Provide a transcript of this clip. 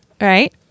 Right